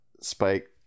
Spike